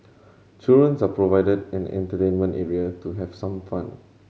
children are provided an entertainment area to have some fun